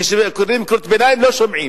כשקוראים קריאות ביניים לא שומעים.